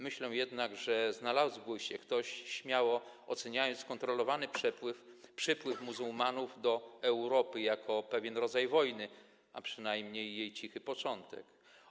Myślę jednak, że znalazłby się ktoś śmiało oceniający kontrolowany przypływ muzułmanów do Europy jako pewien rodzaj wojny, a przynajmniej jej cichy początek.